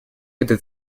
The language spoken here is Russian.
этой